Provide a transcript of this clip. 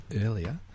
earlier